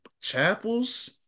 chapels